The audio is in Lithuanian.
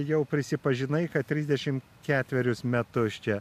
jau prisipažinai kad trisdešim ketverius metus čia